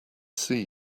see